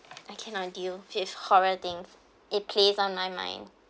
I cannot deal with horror things it plays on my mind